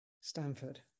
Stanford